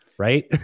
right